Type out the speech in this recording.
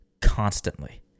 constantly